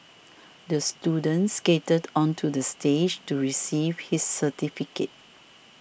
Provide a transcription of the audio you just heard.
the student skated onto the stage to receive his certificate